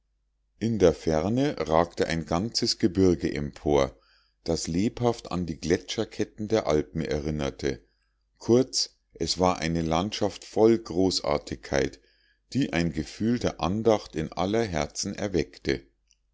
in der ferne ragte ein ganzes gebirge empor das lebhaft an die gletscherketten der alpen erinnerte kurz es war eine landschaft voll großartigkeit die ein gefühl der andacht in aller herzen erweckte